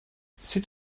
sut